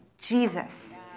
Jesus